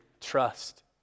trust